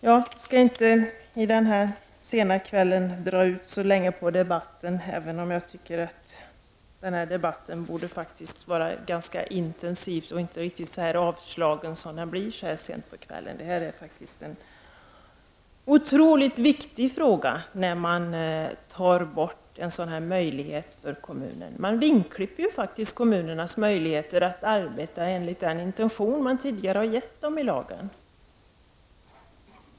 Jag skall i denna sena timme inte dra ut på debatten, även om jag tycker att den borde vara ganska intensiv och inte riktigt så avslagen som den blir så här sent på kvällen. Frågan är faktiskt otroligt viktig. Man vingklipper ju här kommunernas möjligheter att arbeta enligt de intentioner som anges i lagen.